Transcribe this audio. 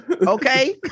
Okay